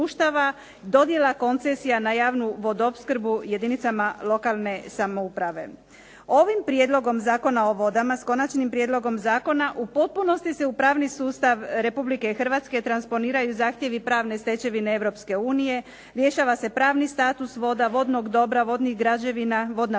dodjela koncesija na javnu vodoopskrbu jedinicama lokalne samouprave. Ovim Prijedlogom Zakona o vodama, s konačnim prijedlogom zakona, u potpunosti se u pravni sustav Republike Hrvatske transponiraju zahtjevi pravne stečevine Europske unije, rješava se pravni status voda, vodnog dobra, vodnih građevina, vodna